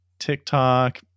TikTok